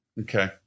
Okay